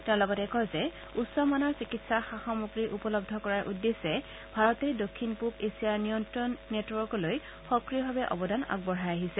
তেওঁ লগতে কয় যে উচ্চ মানৰ চিকিৎসা সা সামগ্ৰী উপলভ্য কৰাৰ উদ্দেশ্যে ভাৰতে দক্ষিণ পূব এছিয়া নিয়ন্ত্ৰণ নেটৱৰ্কলৈ সক্ৰিয়ভাবে অবদান আগবঢ়াই আহিছে